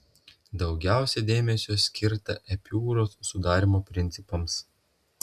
daugiausia dėmesio skirta epiūros sudarymo principams